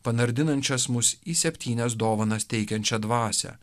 panardinančias mus į septynias dovanas teikiančią dvasią